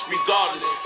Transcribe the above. Regardless